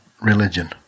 religion